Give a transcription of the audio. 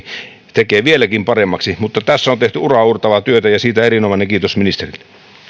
tekee vieläkin paremmaksi tässä on tehty uraauurtavaa työtä ja siitä erinomainen kiitos ministerille